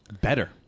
better